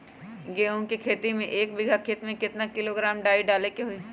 गेहूं के खेती में एक बीघा खेत में केतना किलोग्राम डाई डाले के होई?